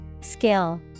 Skill